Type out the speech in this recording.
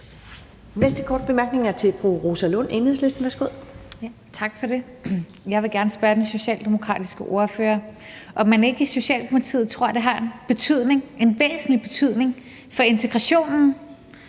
næste korte bemærkning er til fru Rosa Lund, Enhedslisten. Værsgo. Kl. 11:46 Rosa Lund (EL): Tak for det. Jeg vil gerne spørge den socialdemokratiske ordfører, om man ikke i Socialdemokratiet tror, at det har en væsentlig betydning for integrationen,